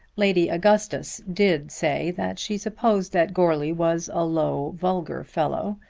lady augustus did say that she supposed that goarly was a low vulgar fellow,